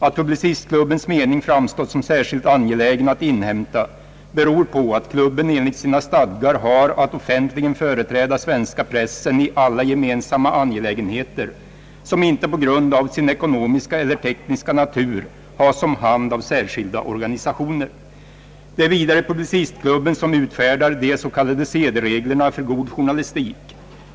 Att Publicistklubbens mening framstått som särskilt angelägen att inhämta beror på att klubben enligt sina stadgar har att offentligen företräda svenska pressen i alla gemensamma angelägenheter, som inte på grund av sin ekonomiska eller tekniska natur has om hand av särskilda organisationer. Det är vidare Publicistklubben som utfärdar de så kallade sedereglerna för god journalistik.